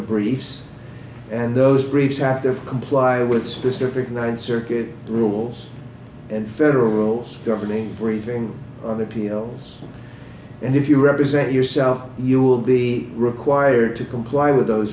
briefs and those briefs have to comply with specific ninth circuit rules and federal rules governing briefing on appeals and if you represent yourself you will be required to comply with those